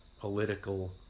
political